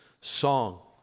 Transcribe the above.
song